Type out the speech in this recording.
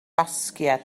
basgiaid